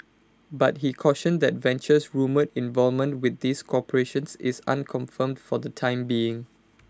but he cautioned that Venture's rumoured involvement with these corporations is unconfirmed for the time being